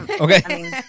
Okay